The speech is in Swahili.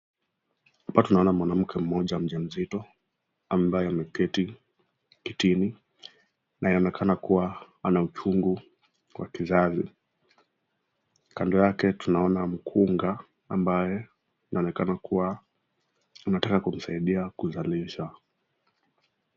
Hapa tunaona mwanamke mmoja mjamzito ambaye ameketi kitini na anayeonekana kuwa ana uchungu wa kizazi, kando yake tunaona mkunga ananonekana kuwa anataka kumsaidia kuzalisha.